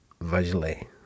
visually